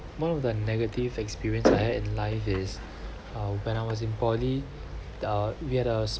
one of the negative experience I had in life is uh when I was in poly uh we had a